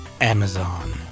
Amazon